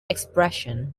expressions